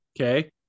Okay